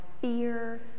fear